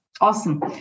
Awesome